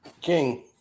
King